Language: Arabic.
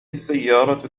السيارة